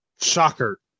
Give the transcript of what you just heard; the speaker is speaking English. shocker